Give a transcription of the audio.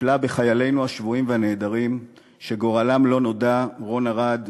שטיפלה בחיילינו השבויים והנעדרים שגורלם לא נודע: רון ארד,